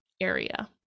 area